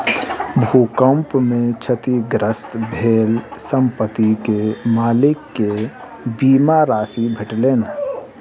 भूकंप में क्षतिग्रस्त भेल संपत्ति के मालिक के बीमा राशि भेटलैन